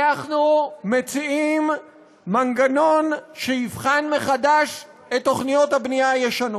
אנחנו מציעים מנגנון שיבחן מחדש את תוכניות הבנייה הישנות,